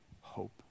hope